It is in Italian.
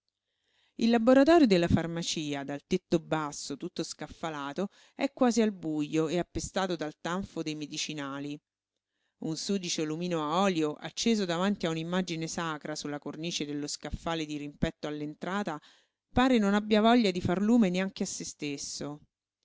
il laboratorio della farmacia dal tetto basso tutto scaffalato è quasi al bujo e appestato dal tanfo dei medicinali un sudicio sudicio lumino a olio acceso davanti a un'immagine sacra sulla sulla cornice dello scaffale dirimpetto all'entrata pare non abbia voglia di far lume neanche a se stesso